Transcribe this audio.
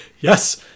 yes